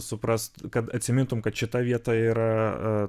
suprast kad atsimintum kad šita vieta yra